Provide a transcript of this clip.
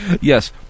Yes